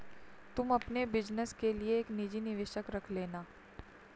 तुम अपने बिज़नस के लिए एक निजी निवेशक रख लेना